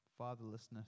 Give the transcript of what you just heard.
fatherlessness